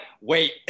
wait